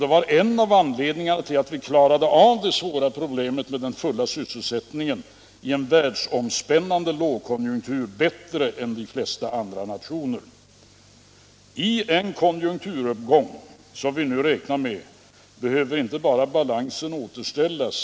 Det var en av anledningarna till att vi klarade av det svåra problemet med den fulla sysselsättningen i en världsomspännande lågkonjunktur bättre än de flesta andra nationer. I en konjunkturuppgång, som vi nu räknar med, behöver inte bara balansen återställas.